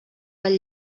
del